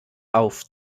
auf